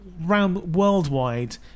worldwide